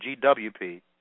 GWP